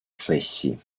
сессии